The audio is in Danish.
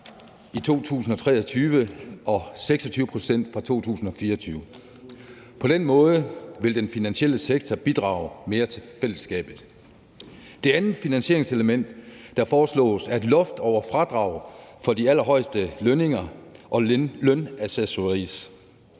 i 2023 og 26 pct. fra 2024. På den måde vil den finansielle sektor bidrage mere til fællesskabet. Det andet finansieringselement, der foreslås, er et loft over fradraget for de allerhøjeste lønninger og lønaccessorier.